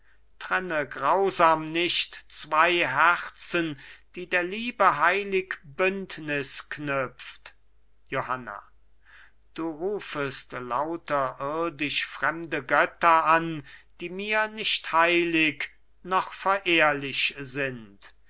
trenne grausam nicht zwei herzen die der liebe heilig bündnis knüpft johanna du rufest lauter irdisch fremde götter an die mir nicht heilig noch verehrlich sind